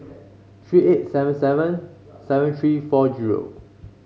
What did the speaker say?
three eight seven seven seven three four zero